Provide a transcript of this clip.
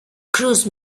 cruise